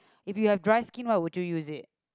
if you have dry skin why would you use it